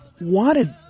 wanted